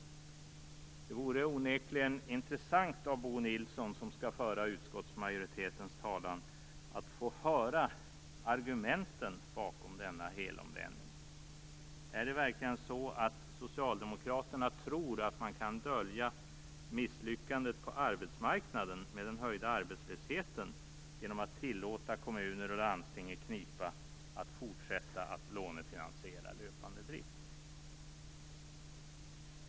Det vore onekligen intressant att av Bo Nilsson, som skall föra utskottsmajoritetens talan, få höra argumenten bakom denna helomvändning. Tror verkligen socialdemokraterna att man kan dölja misslyckandet på arbetsmarknaden, den höjda arbetslösheten, genom att tillåta kommuner och landsting i knipa att fortsätta med att lånefinansiera löpande drift?